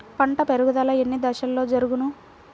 పంట పెరుగుదల ఎన్ని దశలలో జరుగును?